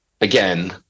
again